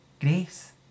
grace